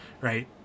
right